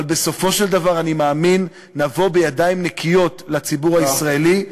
אבל בסופו של דבר אני מאמין שנבוא בידיים נקיות לציבור הישראלי,